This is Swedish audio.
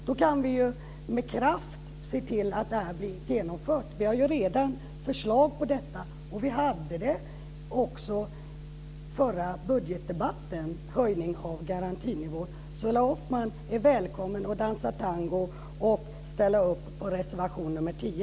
Då kan vi ju med kraft se till att det här blir genomfört. Vi har ju redan förslag till detta, och vi hade det redan i den förra budgetdebatten. Så Ulla Hoffmann är välkommen att dansa tango och ställa upp på reservation 10.